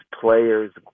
players